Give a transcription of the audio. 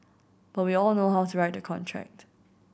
but we all know how to write a contract